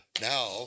Now